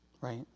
Right